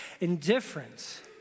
indifference